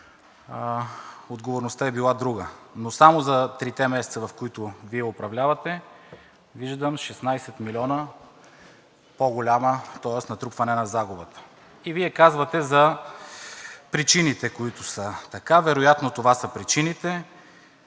отговорността е била друга. Но само за трите месеца, в които Вие управлявате, виждам 16 милиона натрупване на загубата. И Вие казвате за причините, които са. Вероятно това са причините,